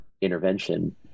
intervention